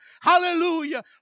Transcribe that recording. Hallelujah